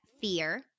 fear